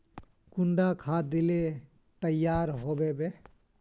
कुंडा खाद दिले तैयार होबे बे?